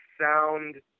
sound